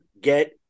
get